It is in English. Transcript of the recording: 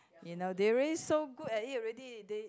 you know they already so good at it already they